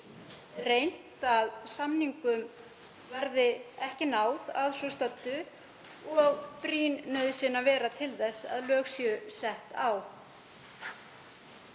fullreynt að samningum verði ekki náð að svo stöddu og brýn nauðsyn að vera til þess að lög séu sett.